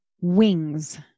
wings